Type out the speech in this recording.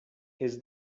his